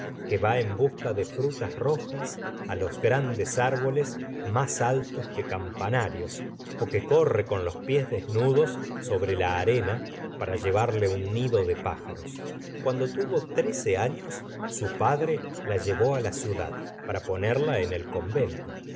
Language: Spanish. que va en busca de frutas rojas los grandes árboles más altos que campanarios ó que corre con los pies desnudos sobre la arena para llevarle un nido de pájaros cuando tuvo trece años su padre la llevó la ciudad para ponerla en el convento